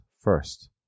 first